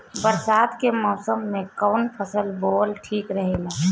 बरसात के मौसम में कउन फसल बोअल ठिक रहेला?